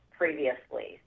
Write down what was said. previously